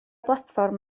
blatfform